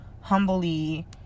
humbly